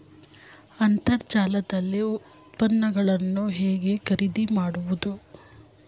ಅಂತರ್ಜಾಲದಲ್ಲಿ ಉತ್ಪನ್ನಗಳನ್ನು ಹೇಗೆ ಖರೀದಿ ಮಾಡುವುದು?